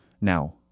Now